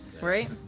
Right